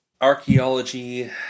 archaeology